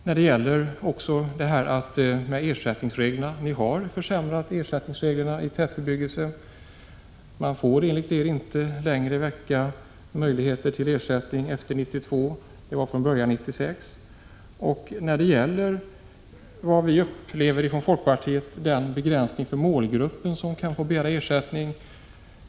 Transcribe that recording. Ni har också försämrat ersättningsreglerna i tätbebyggelse. Enligt er har man inte längre möjlighet till ersättning efter 1992 — från början var det 1996. Vi upplever ifrån folkpartiets sida att det finns begränsningar när det gäller den målgrupp som har möjligheter att begära ersättning.